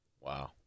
Wow